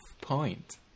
point